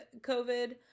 COVID